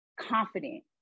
confident